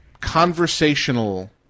conversational